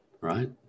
Right